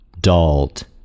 Dulled